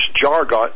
jargon